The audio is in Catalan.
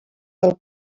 del